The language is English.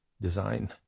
design